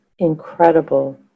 incredible